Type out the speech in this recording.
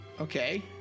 Okay